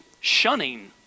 shunning